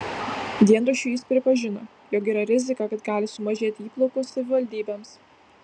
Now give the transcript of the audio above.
dienraščiui jis pripažino jog yra rizika kad gali sumažėti įplaukos savivaldybėms